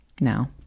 now